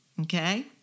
okay